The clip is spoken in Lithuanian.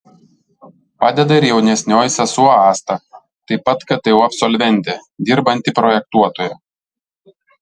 padeda ir jaunesnioji sesuo asta taip pat ktu absolventė dirbanti projektuotoja